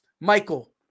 Michael